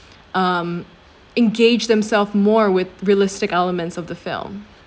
um engaged themselves more with realistic elements of the film